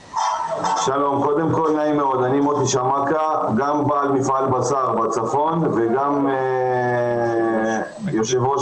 אני גם בעל מפעל בשר בצפון וגם יושב ראש